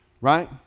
Right